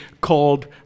called